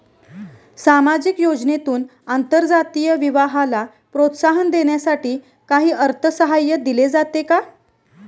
सामाजिक योजनेतून आंतरजातीय विवाहाला प्रोत्साहन देण्यासाठी काही अर्थसहाय्य दिले जाते का?